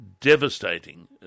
devastating